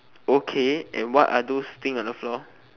okay and what are those things on the floor